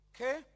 Okay